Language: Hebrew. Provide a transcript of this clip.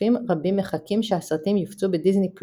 שצופים רבים מחכים שהסרטים יופצו בדיסני+